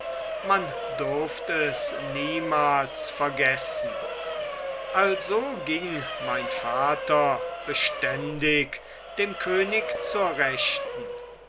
man durft es niemals vergessen also ging mein vater beständig dem könig zur rechten